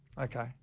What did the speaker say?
Okay